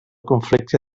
conflicte